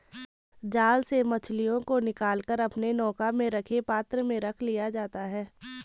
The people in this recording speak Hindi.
जाल से मछलियों को निकाल कर अपने नौका में रखे पात्र में रख लिया जाता है